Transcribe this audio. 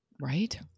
Right